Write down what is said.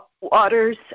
Waters